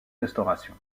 restauration